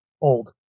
old